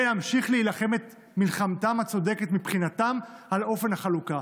וימשיכו להילחם את מלחמתם הצודקת מבחינתם על אופן החלוקה.